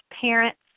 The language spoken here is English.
parents